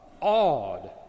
awed